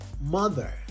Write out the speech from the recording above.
Mother